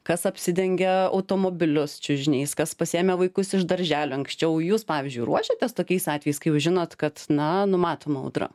kas apsidengė automobilius čiužiniais kas pasiėmė vaikus iš darželio anksčiau jūs pavyzdžiui ruošiatės tokiais atvejais kai jau žinot kad na numatoma audra